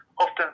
often